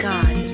God